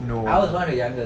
no